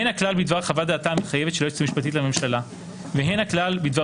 הן הכלל בדבר חוות-דעתה המחייבת של היועצת המשפטית לממשלה והן הכלל בדבר